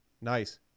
nice